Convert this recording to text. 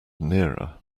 nearer